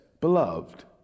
beloved